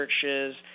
churches